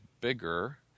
bigger